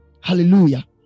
hallelujah